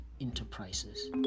enterprises